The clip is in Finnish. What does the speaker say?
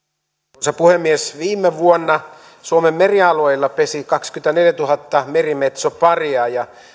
arvoisa puhemies viime vuonna suomen merialueilla pesi kaksikymmentäneljätuhatta merimetsoparia ja